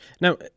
Now